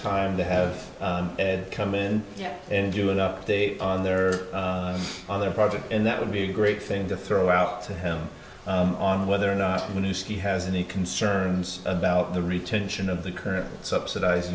time to have ed come in and do an update on their other projects and that would be a great thing to throw out to him on whether or not the new ski has any concerns about the retention of the current subsidize